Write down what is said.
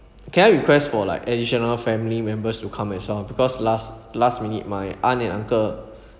can I request for like additional family members to come as long because last last minute my aunt and uncle